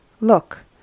Look